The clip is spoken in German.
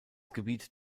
gebiet